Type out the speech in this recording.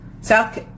South